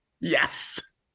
Yes